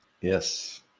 Yes